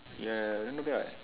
ya ya not bad [what]